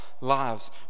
lives